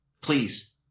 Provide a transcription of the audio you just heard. Please